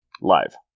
Live